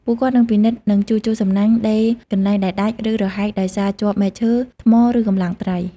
ពួកគាត់នឹងពិនិត្យ និងជួសជុល សំណាញ់ ដេរកន្លែងដែលដាច់ ឬរហែកដោយសារជាប់មែកឈើ ថ្ម ឬកម្លាំងត្រី។